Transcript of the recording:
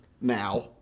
now